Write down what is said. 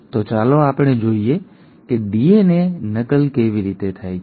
તો ચાલો જોઈએ કે ડીએનએ નકલ કેવી રીતે થાય છે